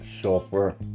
software